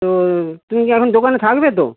তো তুমি কি এখন দোকানে থাকবে তো